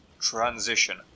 transition